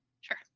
Sure